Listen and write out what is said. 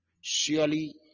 Surely